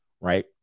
right